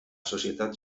societat